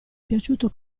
piaciuto